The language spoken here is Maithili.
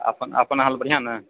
अपन अपन हाल बढ़िआँ ने